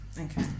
Okay